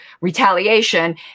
retaliation